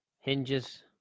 hinges